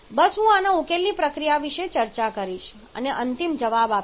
બસ હું આના ઉકેલની પ્રક્રિયા વિશે ચર્ચા કરીશ અને અંતિમ જવાબ આપીશ